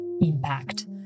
impact